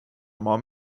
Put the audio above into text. oma